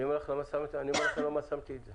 אני אומר לכם למה שמתי את זה.